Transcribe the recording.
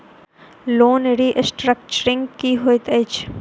Loan restructuring की होइत अछि?